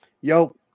Yo